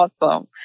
awesome